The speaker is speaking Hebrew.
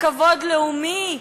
בכבוד לאומי,